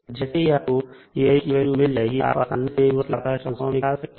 जैसे ही आपको की वैल्यू मिल जाएगी आप आसानी से इन्वर्स लाप्लास ट्रांसफॉर्म F निकाल सकते हैं